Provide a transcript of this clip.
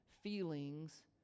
feelings